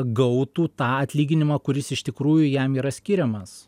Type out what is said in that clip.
gautų tą atlyginimą kuris iš tikrųjų jam yra skiriamas